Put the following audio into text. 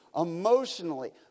emotionally